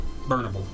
burnable